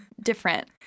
different